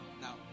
Now